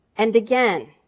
and again,